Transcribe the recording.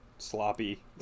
sloppy